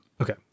Okay